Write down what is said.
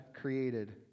created